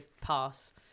pass